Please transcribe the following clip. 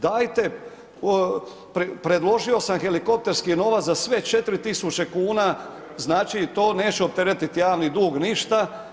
Dajte, predložio sam helikopterski novac za sve 4.000 kuna, znači to neće optereti javni dug ništa.